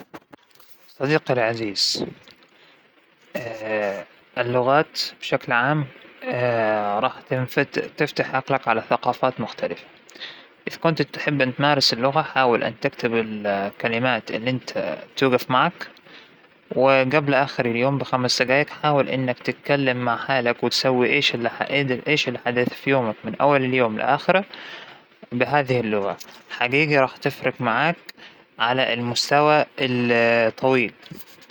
تعلم اللغات بيكون أربع مهارات، قراية، كتابة، إستماع محادثة، لازم يشتغل عالأربع مهارات، لو أنه اشتغل عليها بي بيقدر يعرف وين نقاط القوة ونقاط الضعف، ممكن يكون جيد بالاستماع سيء بالقراية ما فى محادثة، بس يحدد نقطة الضعف تبعه بيكون فيه انهو يعالجها، لكن ما يحكي أنا ما بقدر امارسها عموماً وخلاص.